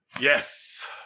yes